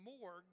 morgue